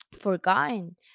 forgotten